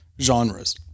genres